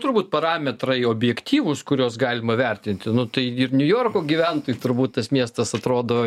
turbūt parametrai objektyvūs kuriuos galima vertinti nu tai ir niujorko gyventojui turbūt tas miestas atrodo